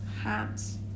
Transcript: hands